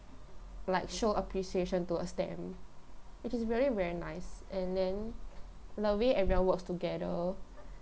like show appreciation towards them which is very very nice and then the way everyone works together